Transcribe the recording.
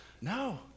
No